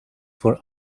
for